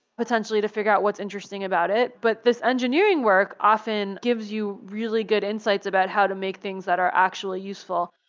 potentially, to figure out what's interesting about it. but this engineering work often gives you really good insights about how to make things that are actually useful.